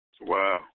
Wow